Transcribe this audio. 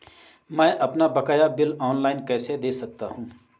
मैं अपना बकाया बिल ऑनलाइन कैसे दें सकता हूँ?